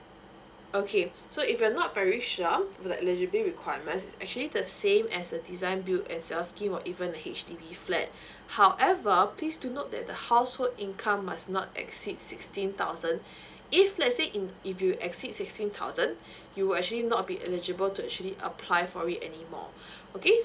okay so if you're not very sure about the eligibility requirements is actually the same as the design build and sale scheme or even a H_D_B flat however please do note that the household income must not exceed sixteen thousand if let's say in if you exceed sixteen thousand you will actually not be eligible to actually apply for it anymore okay